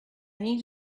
need